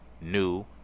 new